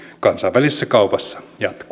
kansainvälisessä kaupassa jatkuu